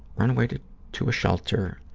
run away to to a shelter,